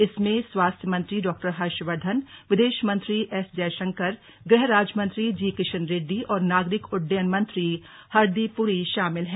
इसमें स्वास्थ्य मंत्री डॉक्टर हर्षवर्धन विदेश मंत्री एस जयशंकर गृह राज्यमंत्री जी किशन रेड्डी और नागरिक उड्डयन मंत्री हरदीप पुरी शामिल हैं